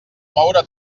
moure